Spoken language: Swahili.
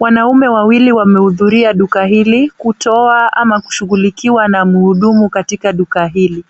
Wanaume wawili wamehudhuria duka hili, kutoa ama kushughulikiwa na mhudumu katika duka hili.